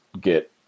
get